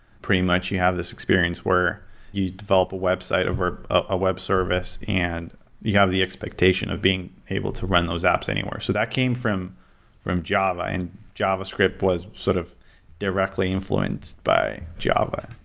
pretty much, you have this experience where you develop a website over a web service and you have the expectation of being able to run those anywhere. so that came from from java, and javascript was sort of directly influenced by java.